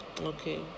Okay